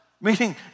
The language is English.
Meaning